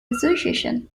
association